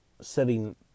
setting